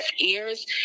ears